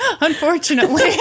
Unfortunately